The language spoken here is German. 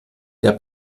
der